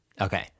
Okay